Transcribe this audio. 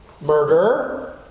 murder